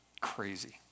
Crazy